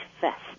Fest